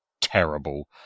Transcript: terrible